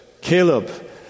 Caleb